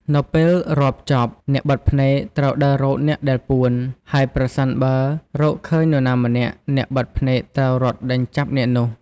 នៅពេលរាប់ចប់ អ្នកបិទភ្នែកត្រូវដើររកអ្នកដែលពួន ហើយប្រសិនបើរកឃើញនរណាម្នាក់ អ្នកបិទភ្នែកត្រូវរត់ដេញចាប់អ្នកនោះ។